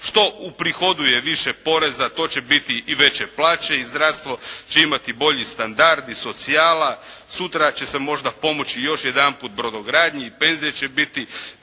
Što uprihoduje više poreza to će biti i veće plaće i zdravstvo će imati bolji standard i socijala, sutra će se možda pomoći još jedan put brodogradnji, penzije će biti